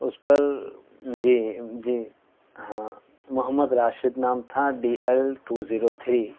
اس پر جی جی ہاں محمد راشد نام تھا D L two zero three